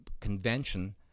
convention